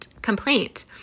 complaint